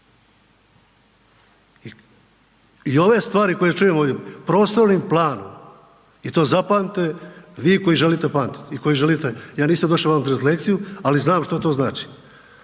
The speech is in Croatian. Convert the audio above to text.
I ove stvari koje čujem ovdje, prostornim planom i to zapamtite vi koji želite pamtiti i koji želite, ja nisam došao vama držati lekciju, ali znam što to znači.